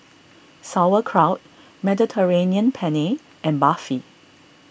Sauerkraut Mediterranean Penne and Barfi